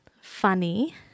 funny